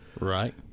Right